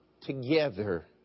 together